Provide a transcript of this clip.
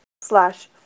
slash